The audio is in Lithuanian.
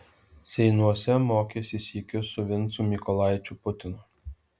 seinuose mokėsi sykiu su vincu mykolaičiu putinu